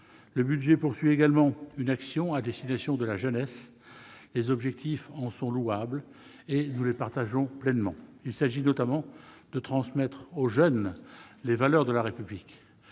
Le budget poursuit également une action à destination de la jeunesse. Les objectifs en sont louables et nous les partageons pleinement. Il s'agit notamment de transmettre aux jeunes les valeurs de la République.